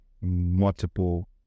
multiple